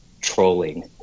trolling